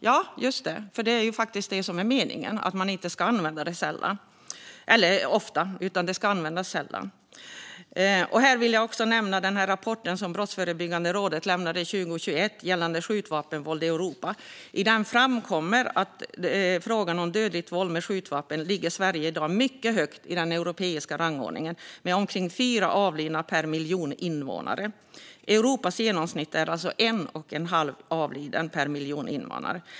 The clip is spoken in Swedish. Ja, det är ju faktiskt meningen; de ska användas sällan. Här vill jag nämna den rapport som Brottsförebyggande rådet lade fram 2021 gällande skjutvapenvåldet i Europa. I rapporten framkommer att i frågan om dödligt våld med skjutvapen ligger Sverige i dag mycket högt i den europeiska rangordningen med omkring 4 avlidna per miljon invånare. Europas genomsnitt är cirka 1,5 avlidna per miljon invånare.